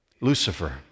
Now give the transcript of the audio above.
Lucifer